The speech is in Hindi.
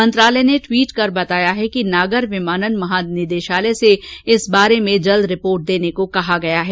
मंत्रालय ने ट्वीट कर बताया है कि नागर विमानन महानिदेशालयसे इस बारे में जल्द रिपोर्ट देने को कहा गया है